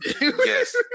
yes